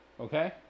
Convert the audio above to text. okay